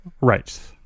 Right